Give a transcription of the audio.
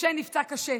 משה נפצע קשה,